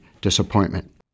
disappointment